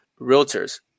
realtors